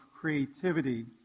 creativity